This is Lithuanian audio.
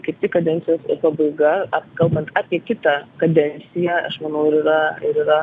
kaip tik kadencijos pabaiga ap kalbant apie kitą kadenciją aš manau ir yra ir yra